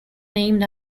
named